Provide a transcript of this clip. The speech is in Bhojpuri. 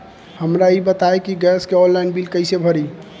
हमका ई बताई कि गैस के ऑनलाइन बिल कइसे भरी?